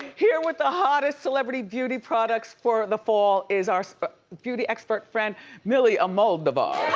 here with the hottest celebrity beauty products for the fall is our beauty expert friend milly almodovar.